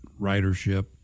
ridership